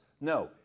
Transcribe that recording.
No